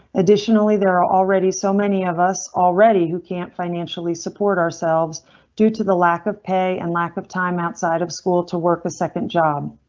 additionally, there are already so many of us already who can't financially support ourselves due to the lack of pay and lack of time outside of school to work a second job.